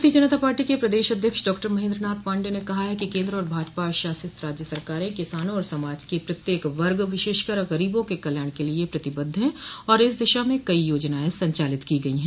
भारतीय जनता पार्टी के प्रदेश अध्यक्ष डॉक्टर महेन्द्रनाथ पाण्डेय ने कहा है कि केन्द्र और भाजपा शासित राज्य सरकारें किसानों और समाज के प्रत्येक वर्ग विशेषकर ग़रीबों के कल्याण के लिए प्रतिबद्ध हैं और इस दिशा में कई योजनाएं संचालित की गयी हैं